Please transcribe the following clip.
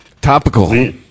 Topical